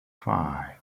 five